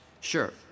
Sure